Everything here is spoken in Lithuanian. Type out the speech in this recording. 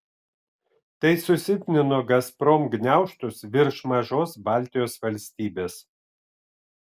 tai susilpnino gazprom gniaužtus virš mažos baltijos valstybės